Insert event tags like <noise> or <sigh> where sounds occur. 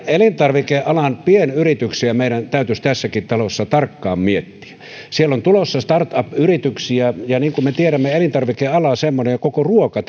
elintarvikealan pienyrityksiä meidän täytyisi tässäkin talossa tarkkaan miettiä siellä on tulossa startup yrityksiä ja niin kuin me tiedämme elintarvikeala on semmoinen ja koko ruoka <unintelligible>